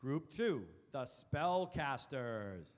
group to spell caster